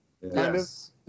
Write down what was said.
Yes